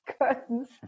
curtains